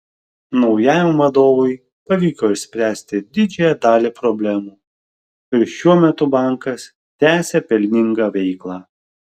naujajam vadovui pavyko išspręsti didžiąją dalį problemų ir šiuo metu bankas tęsią pelningą veiklą